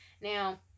Now